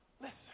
listen